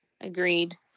agreed